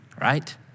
right